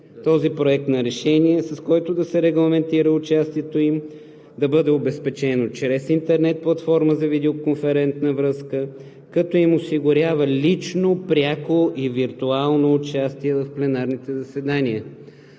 този Проект на решение, с което да се регламентира участието им да бъде обезпечено чрез интернет платформа за видеоконферентна връзка, като им осигурява лично, пряко и виртуално участие в пленарните заседания.